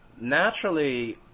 naturally